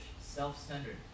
self-centered